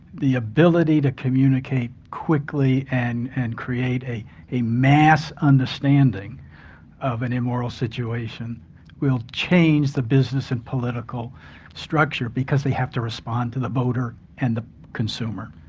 the ability to communicate quickly and and create a a mass understanding of an immoral situation will change the business and political structure, because they have to respond to the voter and the consumer.